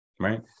Right